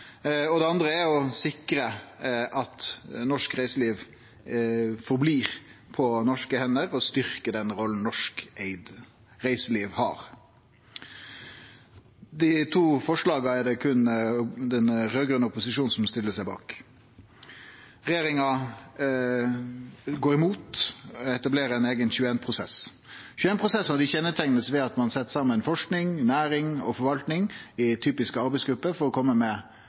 Og det andre er å sikre at norsk reiseliv blir på norske hender, og å styrkje den rolla norskeigd reiseliv har. Dei to forslaga er det berre den raud-grøne opposisjonen som stiller seg bak. Regjeringa går imot å etablere ein eigen 21-prosess. 21-prosessar er kjenneteikna av at ein set saman forsking, næring og forvalting i typiske arbeidsgrupper for å kome med